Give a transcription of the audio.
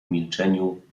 milczeniu